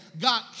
God